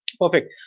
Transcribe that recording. Perfect